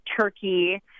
turkey